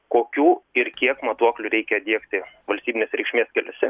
kokių ir kiek matuoklių reikia diegti valstybinės reikšmės keliuose